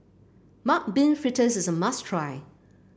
Mung Bean Fritters is a must try